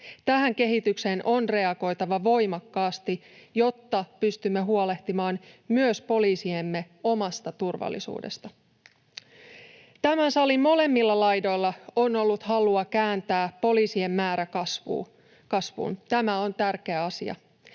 Tähän kehitykseen on reagoitava voimakkaasti, jotta pystymme huolehtimaan myös poliisiemme omasta turvallisuudesta. Tämän salin molemmilla laidoilla on ollut halua kääntää poliisien määrä kasvuun. Tämä on tärkeä asia.